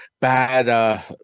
bad